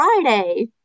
Friday